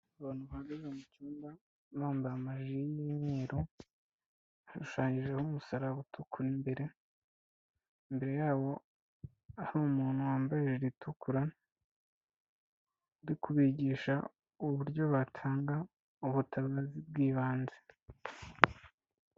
Abantu bahagaze mucyumba bambaye amaji y'umweru hashusanyijweho umusaraba utukura imbere, imbere yabo hari umuntu wambaye ritukura, urikubigisha uburyo batanga ubutabazi bw'ibanze.